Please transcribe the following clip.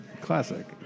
Classic